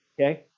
Okay